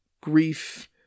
grief